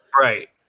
Right